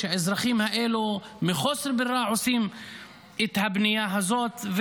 שהאזרחים האלו מחוסר ברירה עושים את הבנייה הזאת.